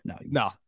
no